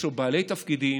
יש פה בעלי תפקידים,